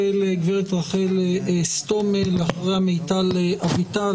גב' רחל סטומל ואחריה מיטל אביטל,